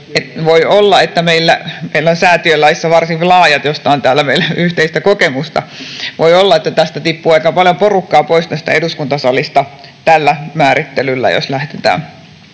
[Välihuuto] — Meillä on säätiölaissa varsin laajat määritelmät, joista on täällä meillä yhteistä kokemusta, ja voi olla, että tippuu aika paljon porukkaa pois tästä eduskuntasalista, jos tällä määrittelyllä lähdetään